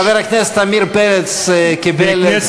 חבר הכנסת עמיר פרץ קיבל,